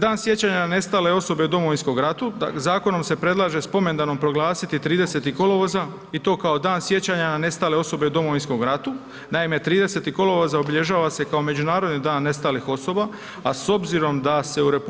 Dan sjećanja na nestale osobe u Domovinskom ratu, zakonom se predlaže spomendanom proglasiti 30. kolovoza i to kao dan sjećanja na nestale osobe u Domovinskom ratu, naime 30. kolovoza obilježava se kao međunarodni dan nestalih osoba a s obzirom da se u RH